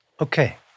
Okay